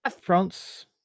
France